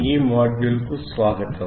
ఈ మాడ్యూల్ కు స్వాగతం